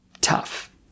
tough